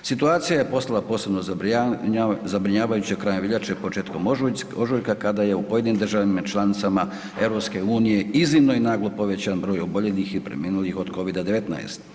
Situacija je postala posebno zabrinjavajuća krajem veljače, početkom ožujka kada je u pojedinim državama članicama EU iznimno i naglo povećan broj oboljelih i preminulih od Covida 19.